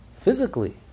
physically